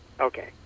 Okay